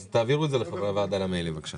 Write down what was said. אז תעבירו את זה לחברי הוועדה למיילים, בבקשה.